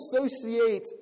associate